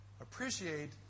appreciate